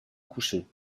coucher